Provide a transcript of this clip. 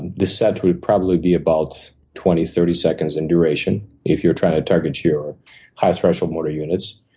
the set would probably be about twenty, thirty seconds in duration, if you're trying to target your high threshold motor units.